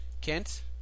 Kent